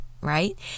right